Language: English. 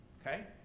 Okay